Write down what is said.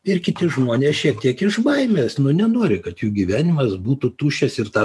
ir kiti žmonės šiek tiek iš baimės nu nenori kad jų gyvenimas būtų tuščias ir tą